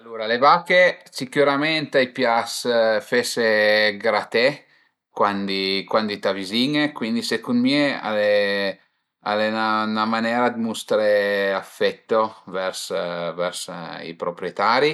Alura a le vache sicürament a i pias fese graté cuandi cuandi i t'avizin-e, cuindi secund mi al e al e 'na manera dë mustré affetto vers vers i proprietari